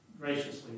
graciously